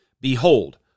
Behold